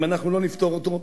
אם אנחנו לא נפתור אותו,